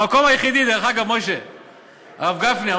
הרב גפני,